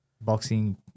boxing